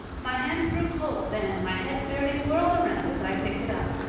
my hands grew cold then and my head fairly whirled around as i picked it up.